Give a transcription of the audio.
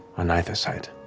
on either side.